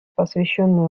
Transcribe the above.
посвященную